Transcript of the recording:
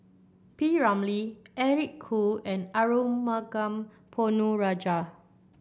P Ramlee Eric Khoo and Arumugam Ponnu Rajah